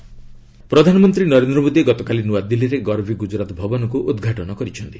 PM Garvi ପ୍ରଧାନମନ୍ତ୍ରୀ ନରେନ୍ଦ୍ର ମୋଦି ଗତକାଲି ନୂଆଦିଲ୍ଲୀରେ ଗର୍ଭି ଗୁଜୁରାତ ଭବନକୁ ଉଦ୍ଘାଟନ କରିଛନ୍ତି